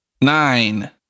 Nine